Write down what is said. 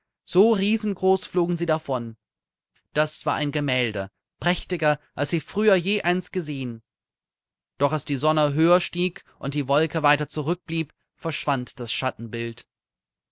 so riesengroß flogen sie davon das war ein gemälde prächtiger als sie früher je eins gesehen doch als die sonne höher stieg und die wolke weiter zurückblieb verschwand das schattenbild